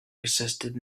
persisted